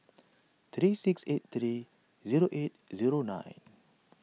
thirty six eight thirty zero eight zero nine